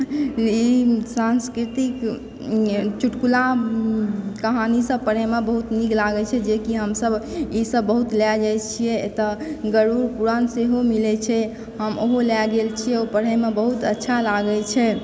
ई सांस्कृतिक चुटकुला कहानी सब पढ़ैमे बहुत नीक लागै छै जेकि हम सभ ई सभ बहुत लय जाय छियै एतय गरुड़ पुराण सेहो मिलै छै हम ओहो लऽ गेल छियै ओ पढे मे बहुत अच्छा लागै छै